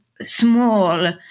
small